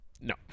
No